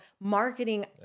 marketing